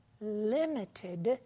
limited